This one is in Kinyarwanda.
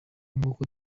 nk’uko